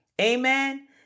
Amen